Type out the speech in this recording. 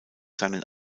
seinen